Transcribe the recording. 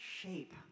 shape